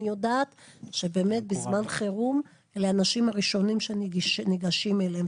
הם האנשים הראשונים שניגשים אליהם.